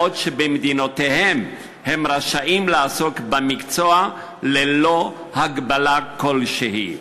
בעוד במדינותיהם הם רשאים לעסוק במקצוע ללא הגבלה כלשהי.